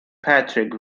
patrick